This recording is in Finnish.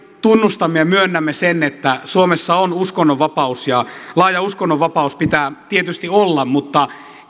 tunnustamme ja myönnämme sen että suomessa on uskonnonvapaus ja laaja uskonnonvapaus pitää tietysti olla mutta